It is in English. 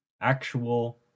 actual